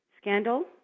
scandal